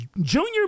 Junior